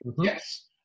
yes